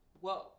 whoa